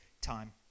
time